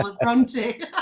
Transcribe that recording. Bronte